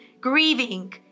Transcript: grieving